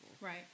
right